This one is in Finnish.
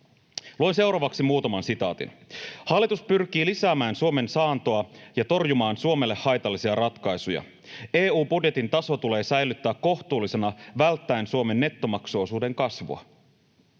Luen seuraavaksi muutaman sitaatin: ”Hallitus pyrkii lisäämään Suomen saantoa ja torjumaan Suomelle haitallisia ratkaisuja. EU-budjetin taso tulee säilyttää kohtuullisena välttäen Suomen nettomaksuosuuden kasvua.”